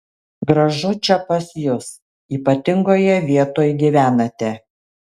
gražu čia pas jus ypatingoje vietoj gyvenate